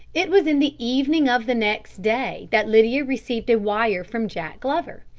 it was in the evening of the next day that lydia received a wire from jack glover.